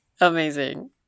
Amazing